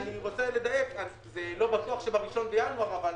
לא בטוח שב-1 בינואר אבל